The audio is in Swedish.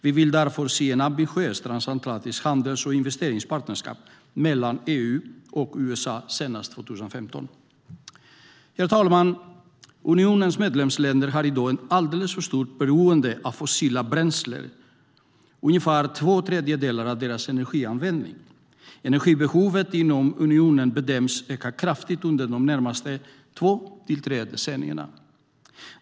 Vi vill därför se ett ambitiöst transatlantiskt handels och investeringspartnerskap mellan EU och USA senast 2015. Herr talman! Unionens medlemsländer är i dag alldeles för beroende av fossila bränslen - ungefär två tredjedelar av deras energianvändning. Energibehovet inom unionen bedöms öka kraftigt under de närmaste två till tre decennierna.